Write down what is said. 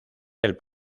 del